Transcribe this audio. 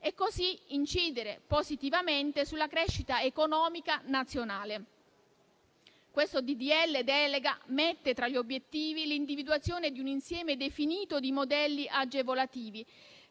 e così incidere positivamente sulla crescita economica nazionale. Questo disegno di legge delega inserisce tra gli obiettivi l'individuazione di un insieme definito di modelli agevolativi